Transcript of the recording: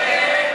נגד?